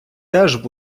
теж